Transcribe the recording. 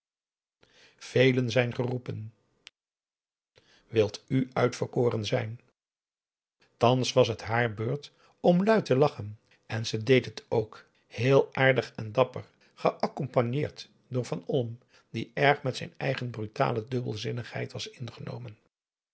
velen zijn geroepen wilt u uitverkoren zijn thans was het haar beurt om luid te lachen en ze deed het ook heel aardig en dapper geaccompagneerd door van olm die erg met zijn eigen brutale dubbelzinnigheid was ingenomen